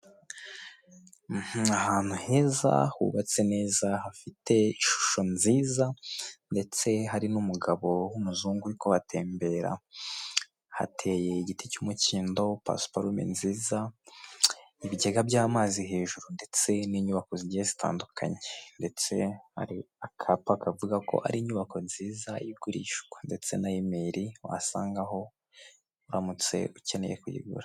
Ni ahantu heza, hubatse neza, hafite ishusho nziza ndetse hari n'umugabo w'umuzungu uri kuhatembera, hateye igiti cy'umukindo, pasiparume nziza, ibigega by'amazi hejuru ndetse n'inyubako zigiye zitandukanye ndetse hari akapa kavuga ko ari inyubako nziza igurishwa ndetse na imeri wasangaho uramutse ukeneye kuyigura.